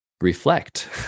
reflect